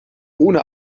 ohne